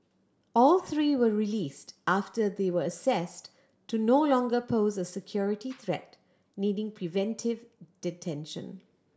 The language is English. all three were released after they were assessed to no longer pose a security threat needing preventive detention